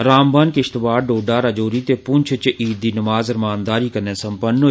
रामबन किश्तवाड़ डोडा राजौरी ते पुंछ च ईद दी नमाज रमानदारी कन्नै संपन्न होई